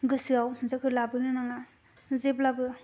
गोसोआव जोखो लाबोनो नाङा जेब्लाबो